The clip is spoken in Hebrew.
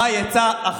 מאי, עצה.